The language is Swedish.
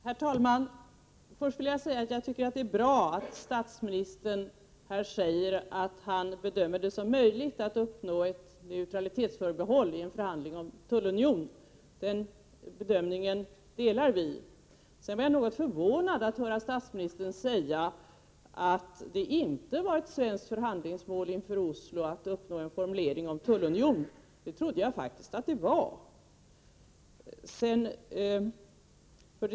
Herr talman! Först vill jag säga att jag tycker att det är bra att statsministern här säger att han bedömer det som möjligt att uppnå ett neutralitetsförbehåll i en förhandling om tullunion. Den bedömningen delar VI. Vidare blev jag något förvånad över att höra statsministern säga att det inte var ett svenskt förhandlingsmål inför Oslo att uppnå en formulering om tullunion. Jag trodde faktiskt att så var fallet.